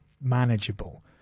manageable